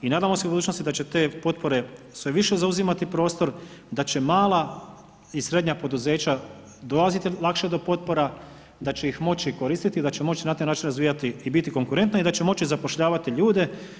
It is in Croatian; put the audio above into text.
I nadamo se u budućnosti da će te potpore sve više zauzimati prostor, da će mala i srednja poduzeća dolaziti lakše do potpora, da će ih moći koristiti, da će moći na taj način razvijati i biti konkurentna i da će moći zapošljavati ljude.